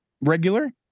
regular